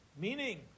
Meaning